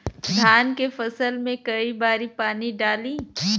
धान के फसल मे कई बारी पानी डाली?